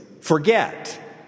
Forget